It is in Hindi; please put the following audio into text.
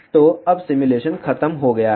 तो अब सिमुलेशन खत्म हो गया है